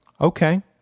Okay